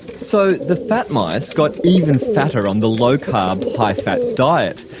so the fat mice got even fatter on the low carb, high fat diet.